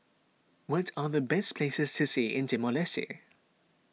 what are the best places see see in Timor Leste